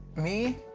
me?